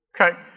Okay